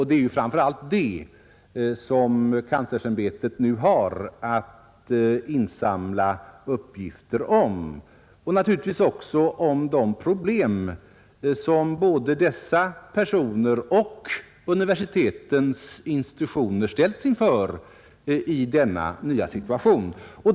Det är framför allt det som kanslersämbetet nu har att insamla uppgifter om och naturligtvis också om de problem som både dessa personer och universitetens institutioner ställts inför i denna nya situation.